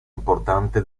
importante